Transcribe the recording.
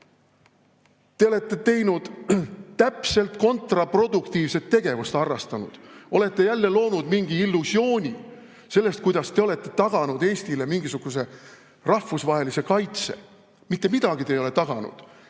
Te olete täpselt kontraproduktiivset tegevust harrastanud. Olete jälle loonud mingi illusiooni sellest, kuidas te olete taganud Eestile mingisuguse rahvusvahelise kaitse. Mitte midagi te ei ole taganud.